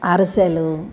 అరిసెలు